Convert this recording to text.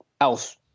else